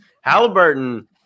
Halliburton